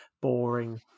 boring